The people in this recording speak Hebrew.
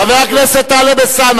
חבר הכנסת טלב אלסאנע,